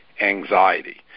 anxiety